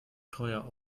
teuer